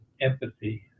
empathy